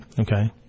Okay